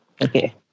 okay